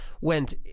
went